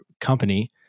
company